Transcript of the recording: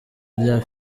rya